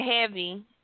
heavy